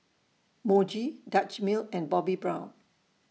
Muji Dutch Mill and Bobbi Brown